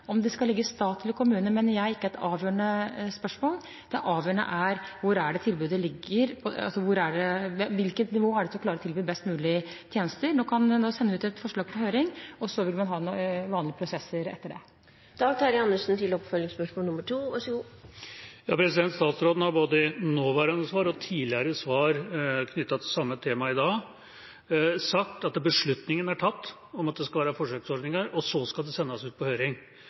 Om det skal tilligge stat eller kommune, mener jeg ikke er et avgjørende spørsmål. Det avgjørende er: Hvilket nivå er det som klarer å tilby best mulig tjenester? Nå sender vi ut et forslag på høring, og så vil man ha vanlige prosesser etter det. Statsråden har både i nåværende svar og i tidligere svar knyttet til samme tema i dag sagt at beslutningen om at det skal være forsøksordninger, er tatt, og så skal det sendes ut på høring.